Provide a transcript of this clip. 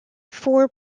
four